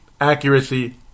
Accuracy